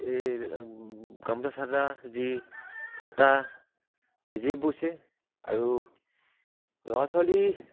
এই গামোচা চাদাৰ যি সূতা নিজেই বৈছে আৰু ল'ৰা ছোৱালী